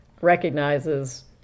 recognizes